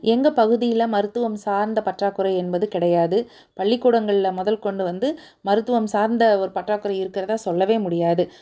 எங்கள் பகுதியில் மருத்துவம் சார்ந்த பற்றாக்குறை என்பது கிடையாது பள்ளிக்கூடங்களில் முதல் கொண்டு வந்து மருத்துவம் சார்ந்த ஒரு பற்றாக்குறை இருக்கிறதா சொல்லவே முடியாது